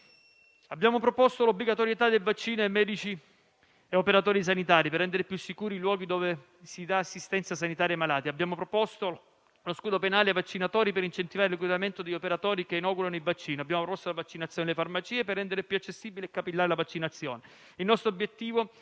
Abbiamo proposto l'obbligatorietà del vaccino per medici e operatori sanitari al fine di rendere più sicuri i luoghi dove si dà assistenza sanitaria ai malati. Abbiamo proposto lo scudo penale ai vaccinatori per incentivare il reclutamento di operatori che inoculano il vaccino. Abbiamo promosso la vaccinazione nelle farmacie per rendere più accessibile e capillare la vaccinazione.